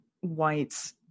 white's